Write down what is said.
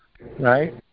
right